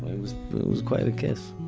was, it was quite a kiss